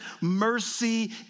mercy